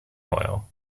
oil